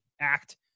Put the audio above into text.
act